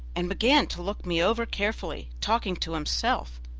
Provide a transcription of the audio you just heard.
and began to look me over carefully, talking to himself.